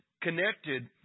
connected